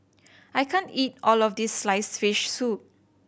I can't eat all of this sliced fish soup